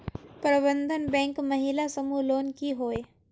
प्रबंधन बैंक महिला समूह लोन की होय?